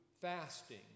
fasting